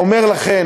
אני אומר לכן,